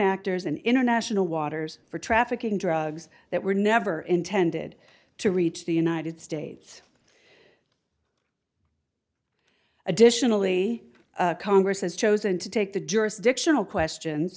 actors in international waters for trafficking drugs that were never intended to reach the united states additionally congress has chosen to take the jurisdictional questions